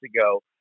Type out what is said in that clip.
ago